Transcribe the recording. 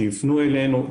שייפנו אלינו,